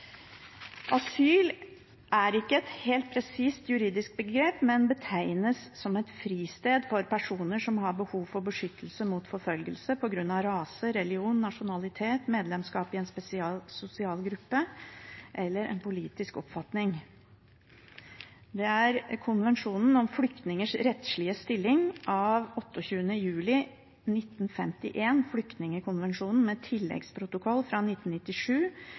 Asyl er ikke et helt presist juridisk begrep, men betegnes som et fristed for personer som har behov for beskyttelse mot forfølgelse på grunn av rase, religion, nasjonalitet, medlemskap i en sosial gruppe eller en politisk oppfatning. Det er konvensjonen om flyktningers rettslige stilling av 28. juli 1951, flyktningkonvensjonen med tilleggsprotokoll fra